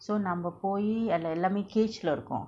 so நம்ம போயி அதுல எல்லாமே:namma poyi athula ellame cage lah இருக்கு:irukku